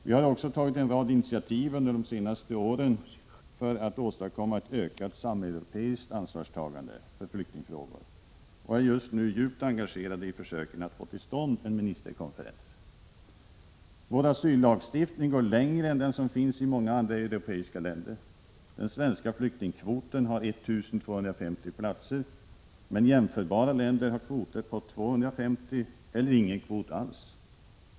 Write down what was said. Vi har under de senaste åren också tagit en rad initiativ för att åstadkomma ett ökat sameuropeiskt ansvarstagande för flyktingfrågor och är just nu djupt engagerade i försöken att få till stånd en ministerkonferens. Vår asyllagstiftning går längre än den lagstiftning på området som finns i många andra europeiska länder. Den svenska flyktingkvoten omfattar 1 250 platser, medan jämförbara länder har kvoter på 250 platser —- eller ingen kvot alls.